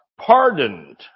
pardoned